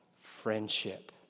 friendship